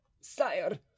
Sire